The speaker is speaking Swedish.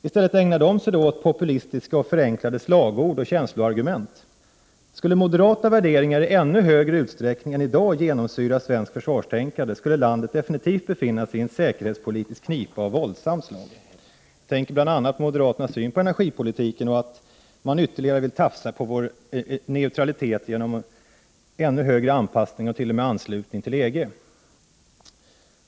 I stället ägnar man sig åt populistiska och förenklade slagord och känsloargument. Skulle moderata värderingar i ännu högre grad än i dag genomsyra svenskt försvarstänkande skulle landet definitivt befinna sig i en säkerhetspolitisk knipa av fruktansvärt slag. Jag tänker bl.a. på moderaternas syn på energipolitiken och på att man ytterligare vill tafsa på vår neutralitet genom att verka för att Sverige i ännu högre grad anpassas till EG eller t.o.m. ansluts till EG.